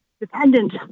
dependent